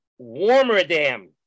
Warmerdam